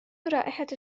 رائحة